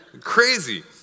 crazy